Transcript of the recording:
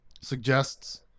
suggests